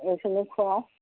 এইখিনি খোৱা